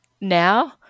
now